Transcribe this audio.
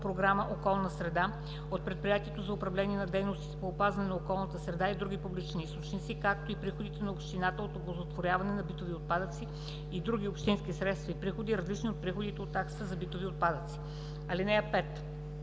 програма „Околна среда“, от Предприятието за управление на дейностите по опазване на околната среда и от други публични източници, както и приходите на общината от оползотворяване на битови отпадъци и другите общински средства и приходи, различни от приходите от таксата за битови отпадъци. (5)